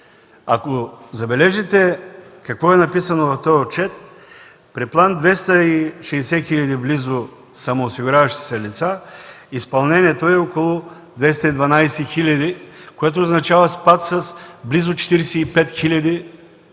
Ако забележите какво е написано в този отчет – при план близо 260 хиляди самоосигуряващи се лица, изпълнението е около 212 хиляди, което означава спад с близо 45 хиляди